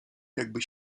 jakby